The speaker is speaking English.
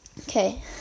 okay